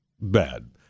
bad